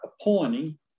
appointing